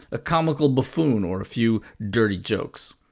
a comical buffoon, or a few dirty jokes.